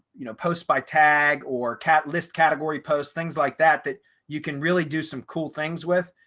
you know, post by tag or catalyst category posts, things like that, that you can really do some cool things with.